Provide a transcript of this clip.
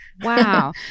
wow